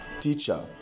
Teacher